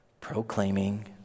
proclaiming